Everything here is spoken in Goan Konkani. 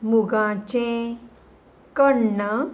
मुगाचें कण्ण